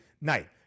night